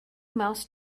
mouse